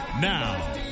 Now